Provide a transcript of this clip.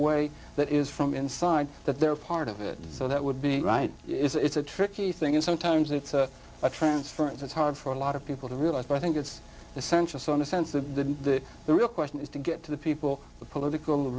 way that is from inside that they're part of it and so that would be right it's a tricky thing and sometimes it's a transference that's hard for a lot of people to realize but i think it's essential so in a sense the the real question is to get to the people the political